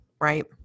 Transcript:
Right